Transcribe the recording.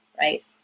right